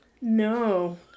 No